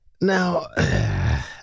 Now